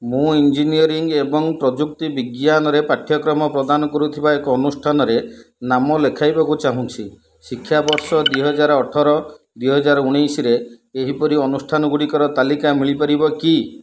ମୁଁ ଇଞ୍ଜିନିୟରିଙ୍ଗ୍ ଏବଂ ପ୍ରଯୁକ୍ତିବିଜ୍ଞାନରେ ପାଠ୍ୟକ୍ରମ ପ୍ରଦାନ କରୁଥିବା ଏକ ଅନୁଷ୍ଠାନରେ ନାମ ଲେଖାଇବାକୁ ଚାହୁଁଛି ଶିକ୍ଷାବର୍ଷ ଦୁଇହଜାରେ ଅଠର ଦୁଇହଜାର ଉଣେଇଶିରେ ଏହିପରି ଅନୁଷ୍ଠାନଗୁଡ଼ିକର ତାଲିକା ମିଳିପାରିବ କି